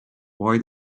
why